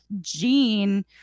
gene